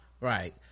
Right